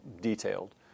detailed